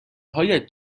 هایت